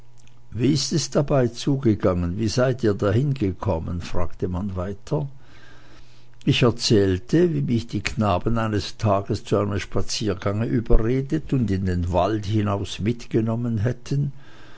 wie ist es dabei zugegangen wie seid ihr dahin gekommen fragte man weiter ich erzählte wie mich die knaben eines tages zu einem spaziergange überredet und in den wald hinaus mitgenommen hätten